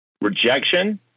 Rejection